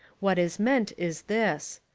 what is meant is this.